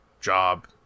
job